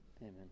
Amen